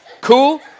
Cool